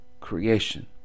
creation